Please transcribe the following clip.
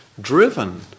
driven